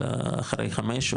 אלא אחרי חמש,